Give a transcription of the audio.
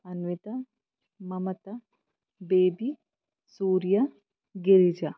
Anvita Mamata Baby Surya Girija